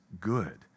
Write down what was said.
good